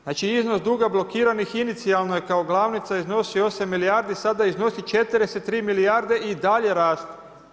Znači, iznos duga blokiranih inicijalno je kao glavnica iznosi 8 milijardi, sada iznosi 43 milijarde i dalje raste.